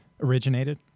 originated